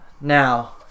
now